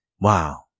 wow